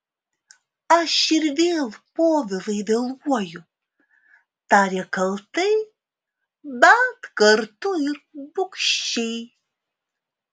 aš ir vėl povilai vėluoju tarė kaltai bet kartu ir bugščiai